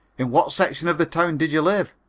in what section of the town did you live?